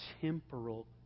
temporal